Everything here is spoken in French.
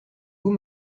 vous